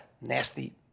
nasty